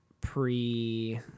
pre